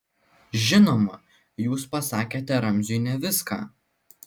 žinoma jūs pasakėte ramziui ne viską